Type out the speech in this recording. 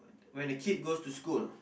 when the kid goes to school